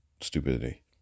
stupidity